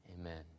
Amen